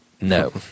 No